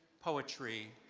poetry,